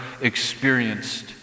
experienced